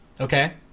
Okay